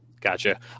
Gotcha